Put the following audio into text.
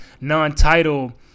non-title